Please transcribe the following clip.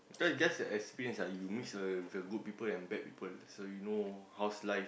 cause it's just an experience ah you mix with uh good and bad people so you know how's life